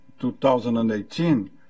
2018